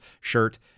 shirt